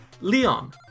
Leon